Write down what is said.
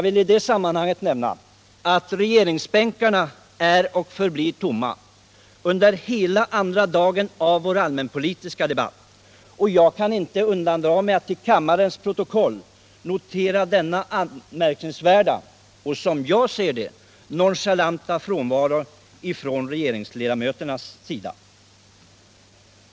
I det sammanhanget vill jag säga: Regeringsbänkarna är och förblir tomma under hela andra dagen av vår allmänpolitiska debatt, och jag kan inte undandra mig att till kammarens protokoll notera denna anmärkningsvärda och som jag ser det nonchalanta frånvaro från regeringsledamöternas sida.